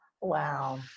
Wow